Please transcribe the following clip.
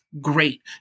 Great